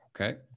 okay